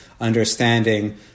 understanding